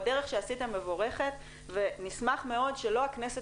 הדרך שעשיתם מבורכת ונשמח מאוד שלא הכנסת